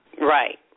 Right